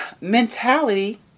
mentality